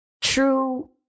true